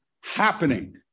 happening